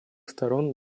сторон